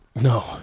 No